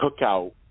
cookout